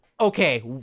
Okay